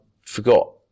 forgot